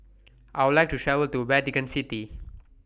I Would like to travel to Vatican City